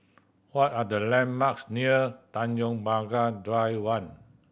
what are the landmarks near Tanjong Pagar Drive One